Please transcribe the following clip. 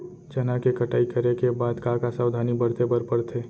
चना के कटाई करे के बाद का का सावधानी बरते बर परथे?